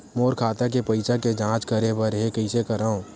मोर खाता के पईसा के जांच करे बर हे, कइसे करंव?